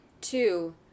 Two